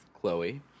Chloe